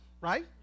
right